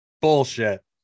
bullshit